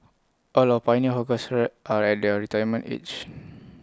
all our pioneer hawkers are at their retirement age